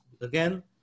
Again